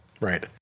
right